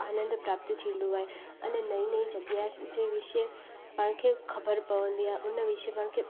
आनंद प्राप्त थींदो आहे अने नईं नईं जॻहियुनि जे विषय पाण खे ख़बरु पवंदी आहे उन विषय पाण खे